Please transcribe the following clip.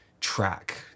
track